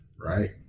right